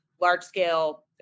large-scale